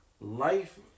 life